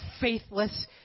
faithless